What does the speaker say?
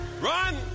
Run